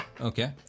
Okay